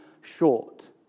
short